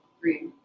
three